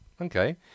Okay